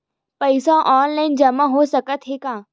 पईसा ऑनलाइन जमा हो साकत हे का?